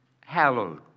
hallowed